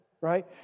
right